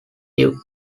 due